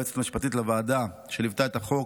ליועצת המשפטית לוועדה שליוותה את החוק,